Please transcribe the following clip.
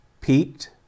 peaked